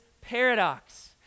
paradox